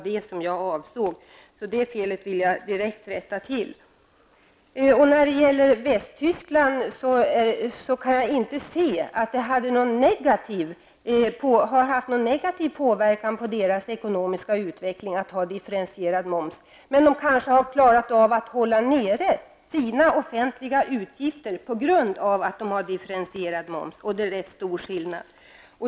Det felet vill jag direkt rätta till. Jag kan inte säga att det har haft någon negativ påverkan på Västtysklands ekonomiska utveckling att ha differentierad moms. Man har kanske klarat av att hålla nere sina offentliga utgifter på grund av att man har differentierad moms, och det är stor skillnad.